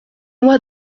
moi